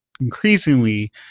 increasingly